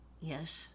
Yes